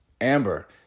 Amber